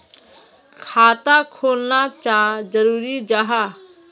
खाता खोलना चाँ जरुरी जाहा?